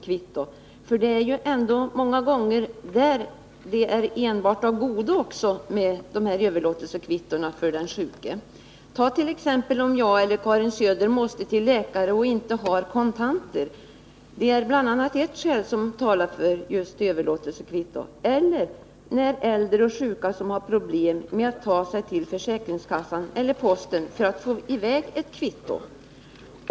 Kvittona är ju ändå många gånger enbart av godo för den sjuke. Ta som exempel om jag eller Karin Söder måste till läkare och inte har kontanter tillgängliga! Fall av det slaget talar för användning av överlåtelsekvitton. Ett annat exempel gäller de äldre och sjuka som har problem med att ta sig till försäkringskassan eller posten för att få i väg kvittona.